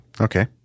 Okay